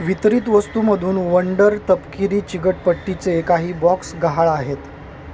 वितरित वस्तूमधून वंडर तपकिरी चिकटपट्टीचे काही बॉक्स गहाळ आहेत